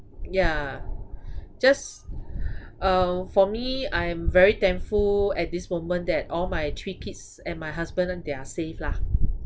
yeah just uh for me I'm very thankful at this moment that all my three kids and my husband they are safe lah